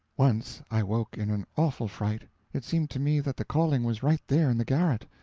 once i woke in an awful fright it seemed to me that the calling was right there in the garret!